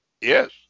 Yes